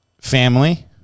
family